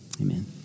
Amen